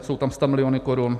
Jsou tam stamiliony korun.